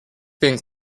been